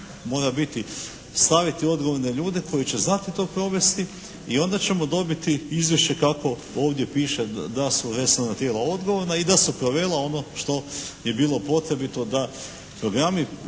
mora biti staviti odgovorne ljude koji će znati to provesti i onda ćemo dobiti izvješće kako ovdje piše da su resorna tijela odgovorna i da su provela ono što je bilo potrebito da programi